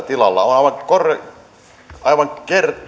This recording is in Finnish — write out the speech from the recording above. tilalla on aivan